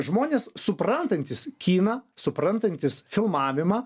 žmonės suprantantys kiną suprantantys filmavimą